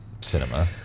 cinema